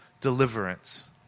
deliverance